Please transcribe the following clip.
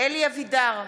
אלי אבידר,